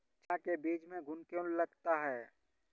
चना के बीज में घुन क्यो लगता है?